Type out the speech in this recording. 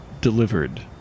delivered